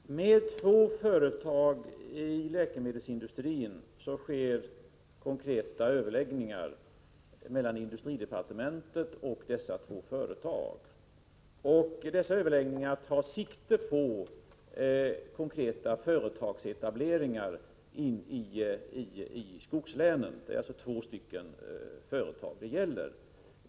Herr talman! Med två företag i läkemedelsindustrin och industridepartementet sker konkreta överläggningar. Dessa överläggningar tar sikte på konkreta företagsetableringar in i skogslänen. Det är alltså två företag det gäller.